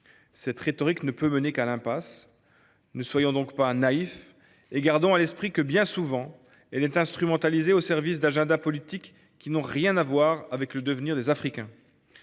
Cette rhétorique ne peut mener qu’à l’impasse. Ne soyons donc pas naïfs et gardons à l’esprit que, bien souvent, elle est instrumentalisée au service d’agendas politiques qui n’ont rien à voir avec le devenir des Africains.